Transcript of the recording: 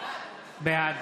בעד